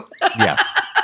Yes